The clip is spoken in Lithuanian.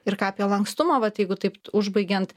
ir ką apie lankstumą vat jeigu taip užbaigiant